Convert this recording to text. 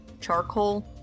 charcoal